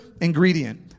ingredient